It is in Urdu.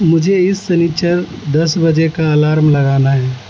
مجھے اس سنیچر دس بجے کا الارم لگانا ہے